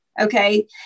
Okay